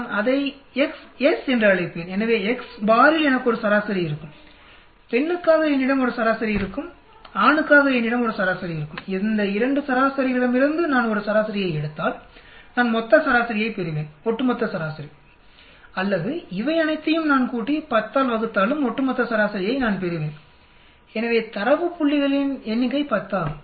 நான் அதை Xs என்று அழைப்பேன் எனவே x பாரில் எனக்கு ஒரு சராசரி இருக்கும் பெண்ணுக்காக என்னிடம் ஒரு சராசரி இருக்கும் ஆணுக்காக என்னிடம் ஒரு சராசரி இருக்கும்இந்த 2 சராசரிகளிடமிருந்து நான் ஒரு சராசரியை எடுத்தால்நான் மொத்த சராசரியைப் பெறுவேன் ஒட்டுமொத்த சராசரி அல்லது இவை அனைத்தையும் நான் கூட்டி 10 ஆல் வகுத்தாலும் ஒட்டுமொத்த சராசரியை நான் பெறுவேன்எனவே தரவு புள்ளிகளின் எண்ணிக்கை 10 ஆகும்